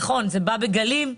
נכון, זה בא בגלים.